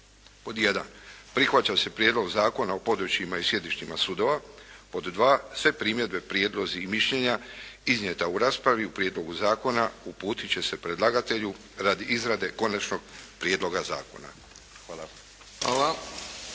1. Prihvaća se Prijedlog zakona o područjima i sjedištima sudova. 2. Sve primjedbe, prijedlozi i mišljenja iznijeta u raspravi u prijedlogu zakona uputiti će se predlagatelju radi izrade konačnog prijedloga zakona. Hvala.